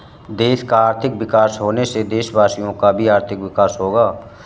देश का आर्थिक विकास होने से देशवासियों का भी आर्थिक विकास होगा